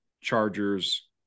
Chargers